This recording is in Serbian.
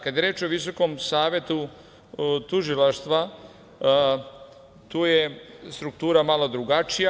Kada je reč o Visokom savetu tužilaštva, tu je struktura malo drugačija.